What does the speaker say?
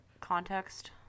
context